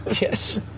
Yes